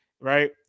right